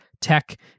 tech